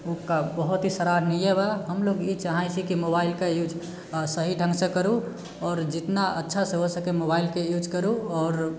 ओ बहुत ही सराहनीए बा हम लोग ई चाहैत छी कि मोबाइलके यूज सही ढंगसँ करु आओर जितना अच्छासँ हो सकै मोबाइलके यूज करु आओर